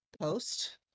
post